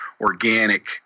organic